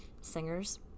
singers